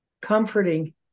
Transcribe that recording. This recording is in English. comforting